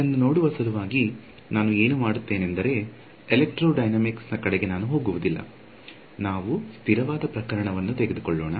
ಇದನ್ನು ನೋಡುವ ಸಲುವಾಗಿ ನಾನು ಏನು ಮಾಡುತ್ತೇನೆಂದರೆ ಎಲೆಕ್ಟ್ರೋಡೈನಾಮಿಕ್ಸ್ ಕಡೆಗೆ ನಾನು ಹೋಗುವುದಿಲ್ಲ ನಾವು ಸ್ಥಿರವಾದ ಪ್ರಕರಣವನ್ನು ತೆಗೆದುಕೊಳ್ಳುಣ